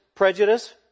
prejudice